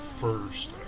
first